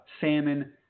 salmon